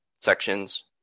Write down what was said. sections